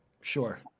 Sure